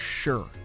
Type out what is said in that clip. sure